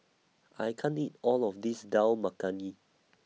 I can't eat All of This Dal Makhani